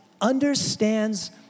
understands